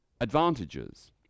advantages